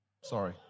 Sorry